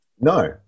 No